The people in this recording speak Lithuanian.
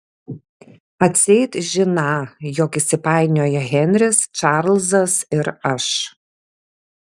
atseit žiną jog įsipainioję henris čarlzas ir aš